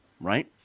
right